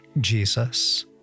Jesus